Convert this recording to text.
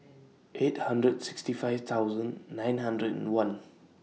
eight hundred and sixty five thousand nine hundred and one